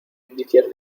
indicios